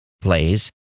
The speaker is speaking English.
plays